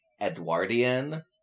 Edwardian